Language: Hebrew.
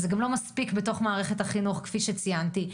זה לא מספיק בתוך מערכת החינוך, כפי שציינתי.